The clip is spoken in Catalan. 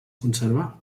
conservar